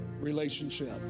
relationship